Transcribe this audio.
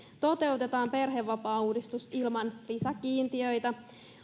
toteutetaan perhevapaauudistus ilman lisäkiintiöitä